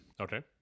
Okay